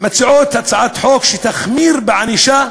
מציעה הצעת חוק שתחמיר בענישה